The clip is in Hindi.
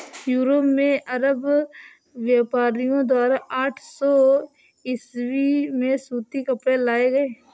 यूरोप में अरब व्यापारियों द्वारा आठ सौ ईसवी में सूती कपड़े लाए गए